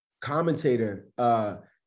commentator